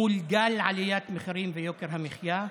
מול גל עליית מחירים ויוקר המחיה,